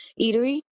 eatery